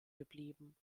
geblieben